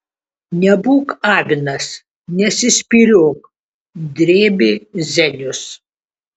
nebūk avinas nesispyriok drėbė zenius